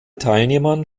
teilnehmern